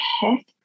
heck